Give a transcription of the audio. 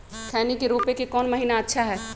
खैनी के रोप के कौन महीना अच्छा है?